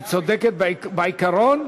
היא צודקת בעיקרון,